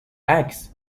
عکس